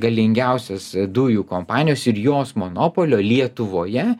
galingiausios dujų kompanijos ir jos monopolio lietuvoje